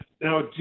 Now